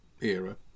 era